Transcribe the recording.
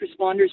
responders